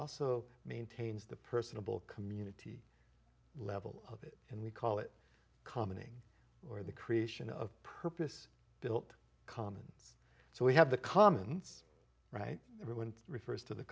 also maintains the personable community level of it and we call it common ng or the creation of purpose built commons so we have the commons right everyone refers to the